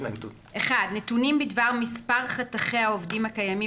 נתונים בדבר מספר חתכי העובדים הקיימים